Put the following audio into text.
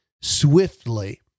swiftly